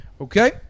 Okay